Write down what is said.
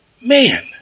Man